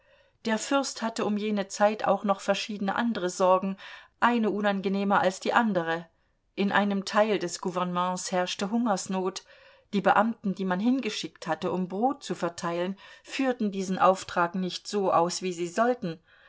der fürst hatte um jene zeit auch noch verschiedene andere sorgen eine unangenehmer als die andere in einem teil des gouvernements herrschte hungersnot die beamten die man hingeschickt hatte um brot zu verteilen führten diesen auftrag nicht so aus wie sie sollten